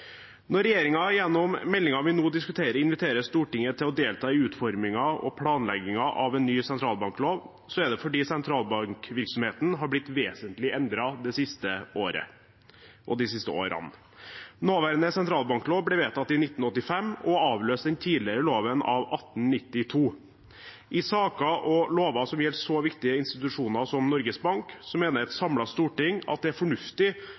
Når regjeringen gjennom meldingen vi nå diskuterer, inviterer Stortinget til å delta i utformingen og planleggingen av en ny sentralbanklov, er det fordi sentralbankvirksomheten har blitt vesentlig endret de siste årene. Nåværende sentralbanklov ble vedtatt i 1985 og avløste den tidligere loven av 1892. I saker og lover som gjelder så viktige institusjoner som Norges Bank, mener et samlet storting at det er fornuftig